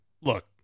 look